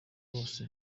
bose